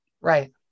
Right